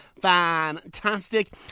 fantastic